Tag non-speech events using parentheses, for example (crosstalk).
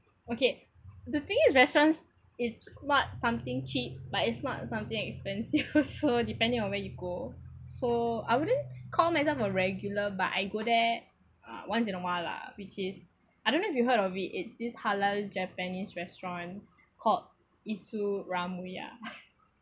okay the thing is restaurants it's not something cheap but it's not something expensive also (laughs) so depending on where you go so I wouldn't call myself a regular but I go there uh once in awhile lah which is I don't know if you heard of it it's this halal japanese restaurant called isuramuya (laughs)